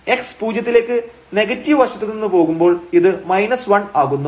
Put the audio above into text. x പൂജ്യത്തിലേക്ക് negative വശത്തുനിന്ന് പോകുമ്പോൾ ഇത് 1 ആകുന്നു